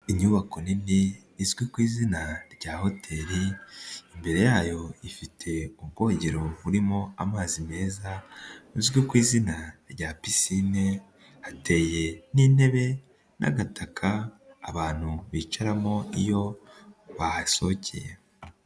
Inyubako nini izwi ku izina rya hoteli imbere yayo, ifite ubwogero burimo amazi meza buzwi ku izina rya pisine hateye n'intebe n'agataka abantu bicaramo iyo bahashokeye.